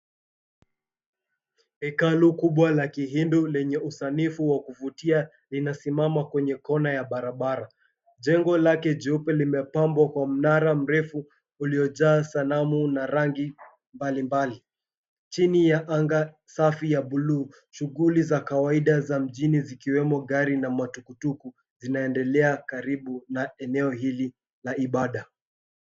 Hekalu kubwa la kihindu lenye usanifu wa kuvutia linasimama kwenye kona ya barabara. Jengo lake jeupe limepambwa kwa mnara mrefu uliojaa sanamu na rangi mbalimbali. Chini ya anga safi ya bluu, shughuli za kawaida za mjini zikiwemo gari na matukutuku zinaendelea karibu na eneo hili la ibada.